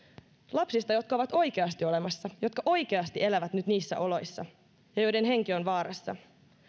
lapsista jotka ovat oikeasti olemassa jotka oikeasti elävät nyt niissä oloissa ja joiden henki on vaarassa